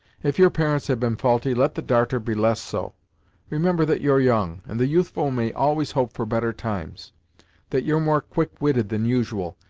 if your parents have been faulty, let the darter be less so remember that you're young, and the youthful may always hope for better times that you're more quick-witted than usual,